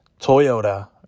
Toyota